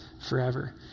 forever